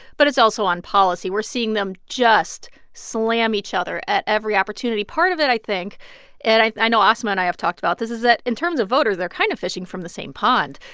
but it's also on policy. we're seeing them just slam each other at every opportunity. part of it, i think and i i know asma and i have talked about this is that in terms of voters, they're kind of fishing from the same pond.